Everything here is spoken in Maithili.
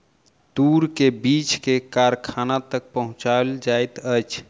तूर के बीछ के कारखाना तक पहुचौल जाइत अछि